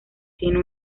tiene